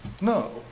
No